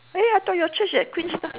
eh I thought your church at queenstown